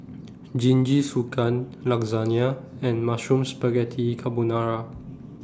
Jingisukan Lasagna and Mushroom Spaghetti Carbonara